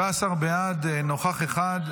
17 בעד, נוכח אחד.